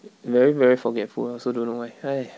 very very forgetful I also don't know why !haiya!